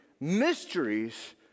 mysteries